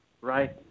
right